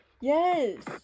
Yes